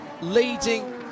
leading